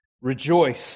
rejoice